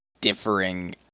differing